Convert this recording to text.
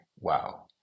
wow